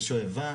ושואבה,